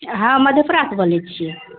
हँ मधेपुरा से बोलैत छियै